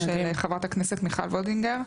של חברת הכנסת מיכל וולדינגר.